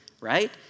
right